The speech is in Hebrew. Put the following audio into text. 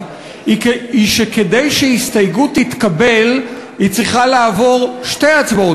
היא שכדי שהסתייגות תתקבל היא צריכה לעבור שתי הצבעות